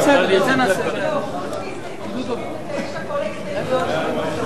חוץ מהסתייגות 79, כל ההסתייגויות שלי מוסרות.